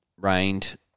Rained